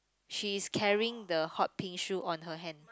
she's carrying the hot pink shoe on her hand